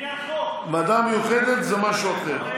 ועדה מיוחדת זה משהו אחר.